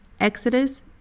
Exodus